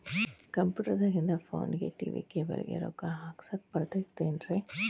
Computer ದಾಗಿಂದ್ ಫೋನ್ಗೆ, TV cable ಗೆ, ರೊಕ್ಕಾ ಹಾಕಸಾಕ್ ಬರತೈತೇನ್ರೇ?